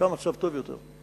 שם המצב טוב יותר,